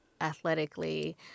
athletically